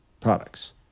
products